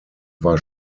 war